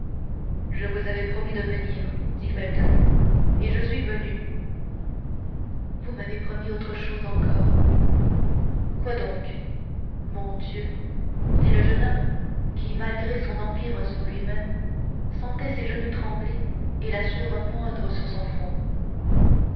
je vous avais promis de venir dit felton et je suis venu vous m'avez promis autre chose encore quoi donc mon dieu dit le jeune homme qui malgré son empire sur lui-même sentait ses genoux trembler et la sueur poindre sur son front